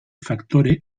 faktore